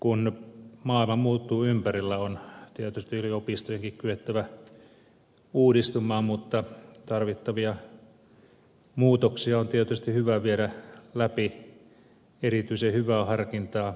kun maailma muuttuu ympärillä on tietysti yliopistojenkin kyettävä uudistumaan mutta tarvittavia muutoksia on tietysti hyvä viedä läpi erityisen hyvää harkintaa käyttäen